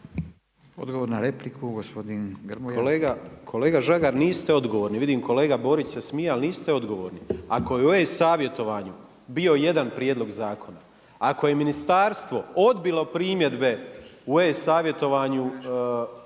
Odgovor na repliku gospodin Grmoja. **Grmoja, Nikola (MOST)** Kolega Žagar, niste odgovorni. Vidim kolega Borić se smije ali niste odgovorni. Kao je u e-savjetovanju bio jedan prijedlog zakona, ako je ministarstvo odbilo primjedbe u e-savjetovanju